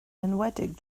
enwedig